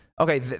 Okay